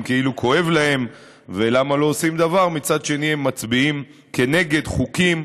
כאילו כואב להם למה לא עושים דבר ומצד שנים הם מצביעים נגד חוקים